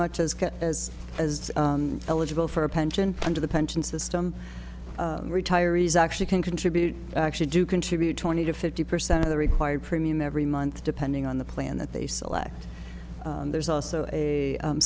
much as good as as eligible for a pension under the pension system retirees actually can contribute actually do contribute twenty to fifty percent of the required premium every month depending on the plan that they select there's also a